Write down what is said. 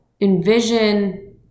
Envision